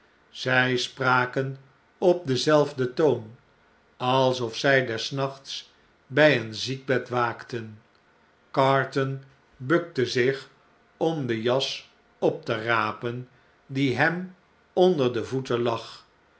zy spraken op denzelfden toon alsof zy des nachts by een ziekbed waakten carton bukte zich om de jas op te rapen die hem onder de voeten lag